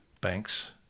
banks